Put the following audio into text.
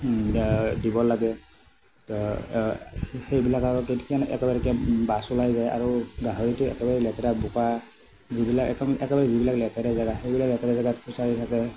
দিব লাগে সেইবিলাক আৰু কেনেকৈ একেবাৰে কেনেকৈ দাচ ওলাই যায় আৰু গাহৰিটো একেবাৰে লেতেৰা বোকা যিবিলাক একদম একেবাৰে লেতেৰা জেগা সেইবিলাক লেতেৰা জেগাত খুচঁৰি ফুৰে